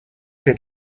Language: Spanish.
que